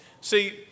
See